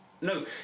No